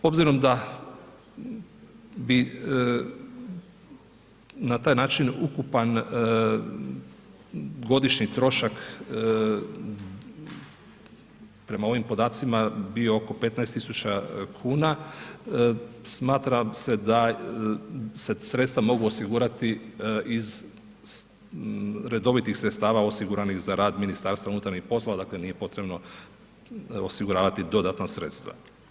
Obzirom da bi na taj način ukupan godišnji trošak prema ovim podacima bio oko 15 tisuća kuna, smatram se da se sredstva mogu osigurati iz redovitih sredstava osiguranih za rad MUP-a, dakle nije potrebno osiguravati dodatna sredstva.